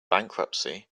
bankruptcy